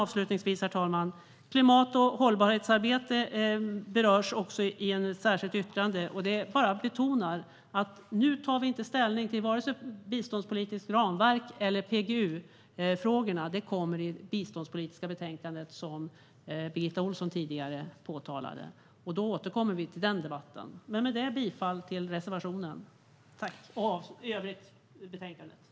Avslutningsvis vill jag säga att klimat och hållbarhetsarbete också berörs i ett särskilt yttrande, och det betonar att vi nu varken tar ställning till ett biståndspolitiskt ramverk eller till PGU-frågorna, för det kommer i det biståndspolitiska betänkandet, vilket Birgitta Ohlsson påpekade. Då återkommer vi. Med detta yrkar jag bifall till reservationen och betänkandet i övrigt.